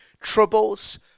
Troubles